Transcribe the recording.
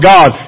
God